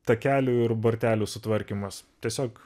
takelių ir bortelių sutvarkymas tiesiog